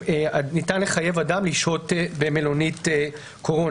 ניתן לחייב אדם לשהות במלונית קורונה.